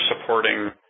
supporting